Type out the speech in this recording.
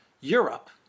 Europe